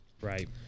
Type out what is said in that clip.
right